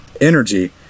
energy